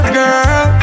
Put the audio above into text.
girl